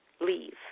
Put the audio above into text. leave